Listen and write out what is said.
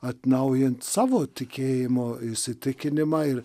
atnaujint savo tikėjimo įsitikinimą ir